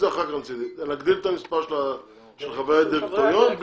חברי הדירקטוריון,